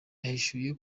yahishuye